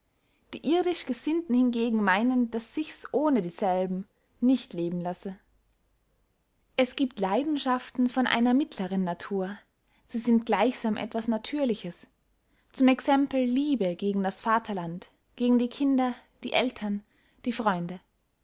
die irdischgesinnten hingegen meynen daß sichs ohne dieselbe nicht leben lasse es giebt leidenschaften von einer mittlern natur sie sind gleichsam etwas natürliches zum exempel liebe gegen das vaterland gegen die kinder die aeltern die freunde